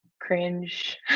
cringe